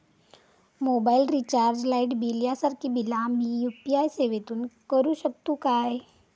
Mobile recharge, light bill यांसारखी बिला आम्ही यू.पी.आय सेवेतून करू शकतू काय?